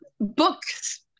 books